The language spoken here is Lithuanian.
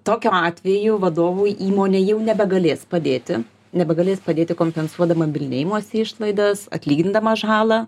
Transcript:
tokiu atveju vadovui įmonė jau nebegalės padėti nebegalės padėti kompensuodama bylinėjimosi išlaidas atlygindama žalą